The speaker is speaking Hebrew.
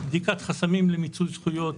בדיקת חסמים למיצוי זכויות